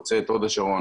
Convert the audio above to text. חוצה את הוד השרון,